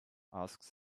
asked